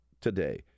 today